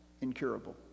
incurable